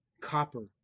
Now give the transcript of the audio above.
copper